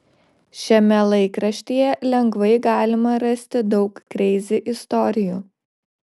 šiame laikraštyje lengvai galima rasti daug kreizi istorijų